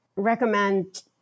Recommend